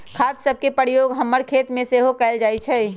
खाद सभके प्रयोग हमर खेतमें सेहो कएल जाइ छइ